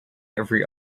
every